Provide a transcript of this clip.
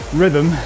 rhythm